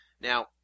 Now